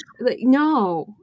no